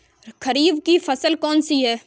खरीफ की फसल कौन सी है?